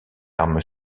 arme